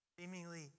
Seemingly